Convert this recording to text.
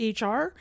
HR